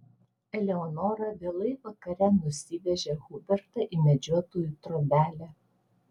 eleonora vėlai vakare nusivežė hubertą į medžiotojų trobelę